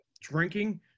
drinking